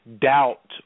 doubt